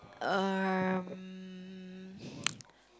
um